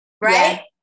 right